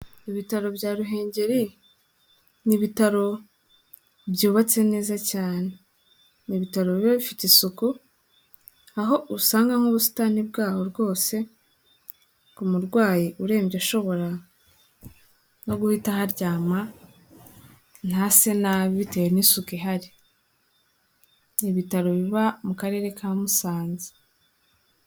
Ibitaro bya Ruhengeri ni ibitaro byubatse neza cyane, ni ibitaro biba bifite isuku aho usanga nk'ubusitani bwaho rwose ku murwayi urembye ushobora no guhita aharyama ntase nabi bitewe n'isuku ihari, ni ibitaro biba mu karere ka Musanze.